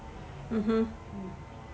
mmhmm